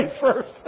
first